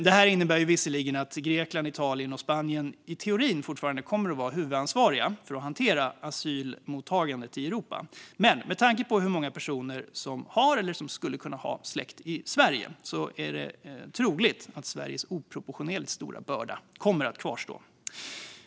Detta innebär visserligen att Grekland, Italien och Spanien i teorin fortfarande kommer att vara huvudansvariga för att hantera asylmottagandet i Europa. Men med tanke på hur många personer som har eller skulle kunna ha släkt i Sverige är det troligt att Sveriges oproportionerligt stora börda kommer att kvarstå.